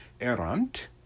erant